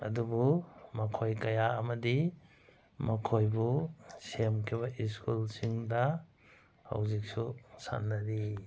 ꯑꯗꯨꯕꯨ ꯃꯈꯣꯏ ꯀꯌꯥ ꯑꯃꯗꯤ ꯃꯈꯣꯏꯕꯨ ꯁꯦꯝꯈꯤꯕ ꯁ꯭ꯀꯨꯜꯁꯤꯡꯗ ꯍꯧꯖꯤꯛꯁꯨ ꯁꯥꯟꯅꯔꯤ